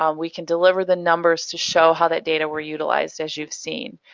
um we can deliver the numbers to show how that data were utilized, as you've seen.